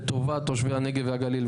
לטובת תושבי הנגב והגליל,